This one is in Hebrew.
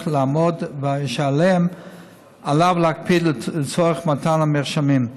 לעמוד ושעליהם עליו להקפיד לצורך מתן המרשמים.